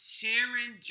Sharon